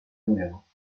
nuevo